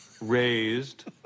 raised